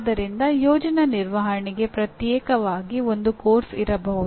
ಆದ್ದರಿಂದ ಯೋಜನಾ ನಿರ್ವಹಣೆಗೆ ಪ್ರತ್ಯೇಕವಾಗಿ ಒಂದು ಪಠ್ಯಕ್ರಮ ಇರಬಹುದು